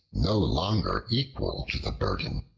no longer equal to the burden,